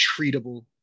treatable